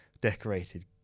decorated